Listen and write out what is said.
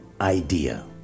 idea